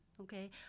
Okay